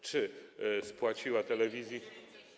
Czy spłaciła telewizja.